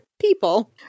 people